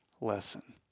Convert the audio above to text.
lesson